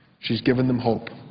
she has given them hope.